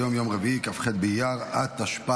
היום יום רביעי כ"ח באייר התשפ"ד,